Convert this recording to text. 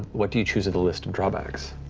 what do you choose of the list of drawbacks?